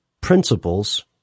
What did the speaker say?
principles